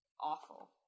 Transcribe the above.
awful